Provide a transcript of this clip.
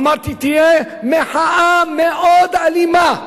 אמרתי, תהיה מחאה מאוד אלימה.